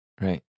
right